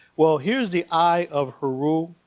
well, here is the eye of heru,